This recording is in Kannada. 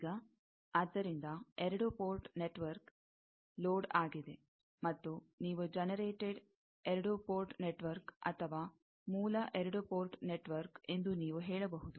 ಈಗ ಆದ್ದರಿಂದ ಎರಡು ಪೋರ್ಟ್ ನೆಟ್ವರ್ಕ್ ಲೋಡ್ ಆಗಿದೆ ಮತ್ತು ನೀವು ಜನರೆಟೆಡ್ 2 ಪೋರ್ಟ್ ನೆಟ್ವರ್ಕ್ ಅಥವಾ ಮೂಲ 2 ಪೋರ್ಟ್ ನೆಟ್ವರ್ಕ್ ಎಂದು ನೀವು ಹೇಳಬಹುದು